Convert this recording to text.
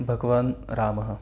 भगवान् रामः